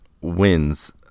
wins